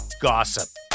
gossip